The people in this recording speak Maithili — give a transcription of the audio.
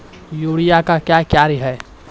यूरिया का क्या कार्य हैं?